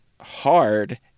hard